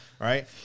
right